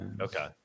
Okay